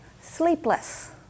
sleepless